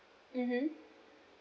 mmhmm